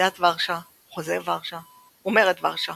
ועידת ורשה, חוזה ורשה ומרד ורשה